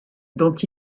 dont